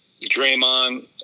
Draymond